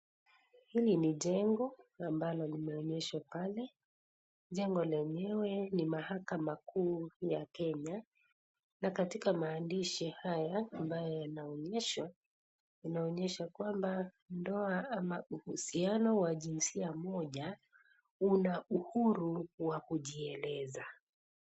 Hili ni jengo ambalo limeonyeshwa pale. Jengo lenyewe ni mahakama kuu ya Kenya na katika maandishi haya ambayo yanaonyesha, inaonyesha kwamba, ndoa ama uhusiano wa jinsia moja, una uhuru wa kujieleza.